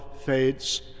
fades